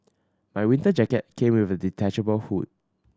my winter jacket came with a detachable hood